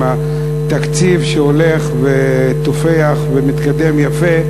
עם התקציב שהולך ותופח ומתקדם יפה,